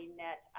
net